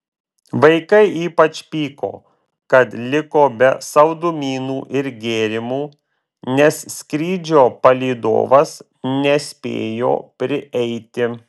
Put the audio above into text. vaikai ypač pyko kad liko be saldumynų ir gėrimų nes skrydžio palydovas nespėjo prieiti